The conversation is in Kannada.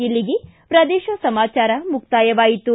ಇಲ್ಲಿಗೆ ಪ್ರದೇಶ ಸಮಾಚಾರ ಮುಕ್ತಾಯವಾಯಿತು